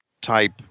type